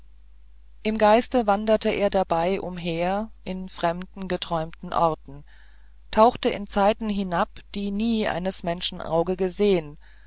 im geiste wanderte er dabei umher in fremden geträumten orten tauchte in zeiten hinab die nie eines menschen auge gesehen